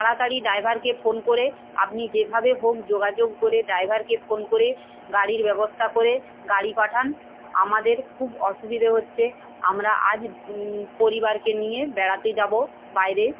তাড়াতাড়ি ড্রাইভারকে ফোন করে আপনি যেভাবে হোক যোগাযোগ করে ড্রাইভারকে ফোন করে গাড়ির ব্যবস্থা করে গাড়ি পাঠান আমাদের খুব অসুবিধে হচ্ছে আমরা আজ পরিবারকে নিয়ে বেড়াতে যাব বাইরে